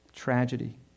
Tragedy